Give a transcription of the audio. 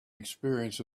experience